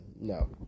No